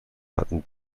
hatten